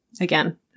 again